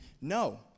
No